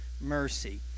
mercy